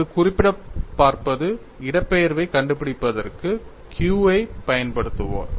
இங்கு குறிப்பிடப் பார்ப்பது இடப்பெயர்வைக் கண்டுபிடிப்பதற்கு Q ஐப் பயன்படுத்துவதாகும்